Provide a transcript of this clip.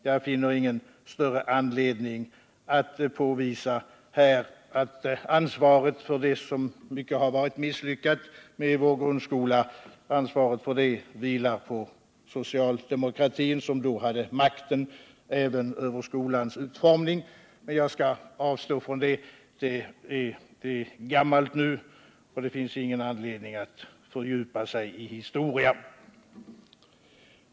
Jag finner ingen större anledning att här påvisa att ansvaret för mycket av det som varit misslyckat med vår grundskola vilar på socialdemokratin, som har haft makten även över skolans utformning. Jag skall avstå från det. Det är glömt nu, och det finns ingen anledning att fördjupa sig i historia.